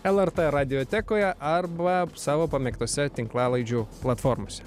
lrt radiotekoje arba savo pamėgtose tinklalaidžių platformose